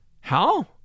How